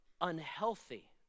unhealthy